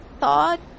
thought